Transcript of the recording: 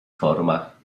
formach